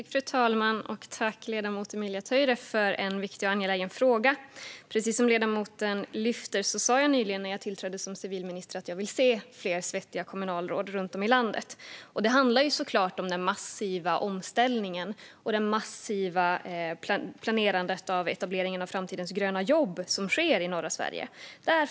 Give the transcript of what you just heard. Fru talman! Tack, ledamoten Emilia Töyrä, för en viktig och angelägen fråga! Precis som ledamoten lyfter sa jag nyligen, när jag tillträdde som civilminister, att jag vill se fler svettiga kommunalråd runt om i landet. Det handlar såklart om den massiva omställningen och det massiva planerandet av etableringen av framtidens gröna jobb som sker i norra Sverige.